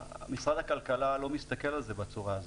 משרד הכלכלה לא מסתכל על זה בצורה הזאת.